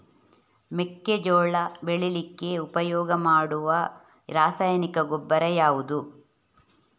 ಮೆಕ್ಕೆಜೋಳ ಬೆಳೀಲಿಕ್ಕೆ ಉಪಯೋಗ ಮಾಡುವ ರಾಸಾಯನಿಕ ಗೊಬ್ಬರ ಯಾವುದು?